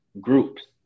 groups